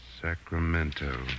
Sacramento